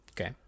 Okay